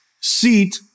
seat